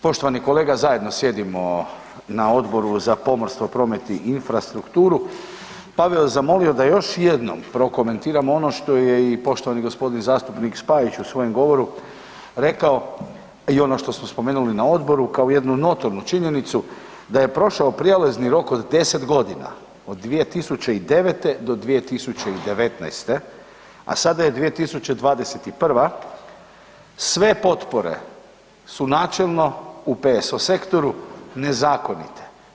Poštovani kolega, zajedno sjedimo na Odboru za pomorstvo, promet i infrastrukturu pa bih vas zamolio da još jednom prokomentiramo ono što je i poštovani g. zastupnik Spajić u svojem govoru rekao i ono što smo spomenuli na odboru kao jednu notornu činjenicu, da je prošao prijelazni rok od 10 godina od 2009.-2019., a sada je 2021., sve potpore su načelno u PSO sektoru nezakonite.